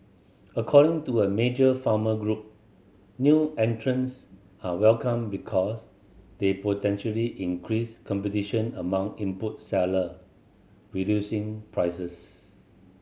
according to a major farmer group new entrants are welcome because they potentially increase competition among input seller reducing prices